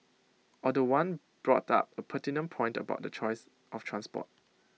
although one brought up A pertinent point about the choice of transport